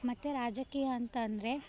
ಮತ್ತು ರಾಜಕೀಯ ಅಂತ ಅಂದರೆ